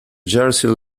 jersey